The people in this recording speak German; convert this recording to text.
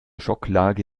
schocklage